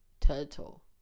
Turtle